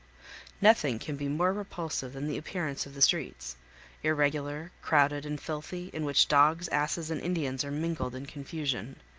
nothing can be more repulsive than the appearance of the streets irregular, crowded, and filthy, in which dogs, asses, and indians are mingled in confusion.